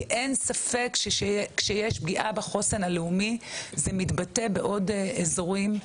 כי אין ספק שכשיש פגיעה בחוסן הלאומי זה מתבטא בעוד אזורים.